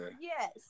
Yes